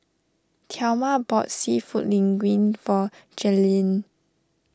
thelma bought Seafood Linguine for Jaylynn